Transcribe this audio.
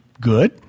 good